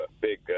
big